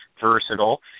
versatile